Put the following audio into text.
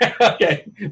Okay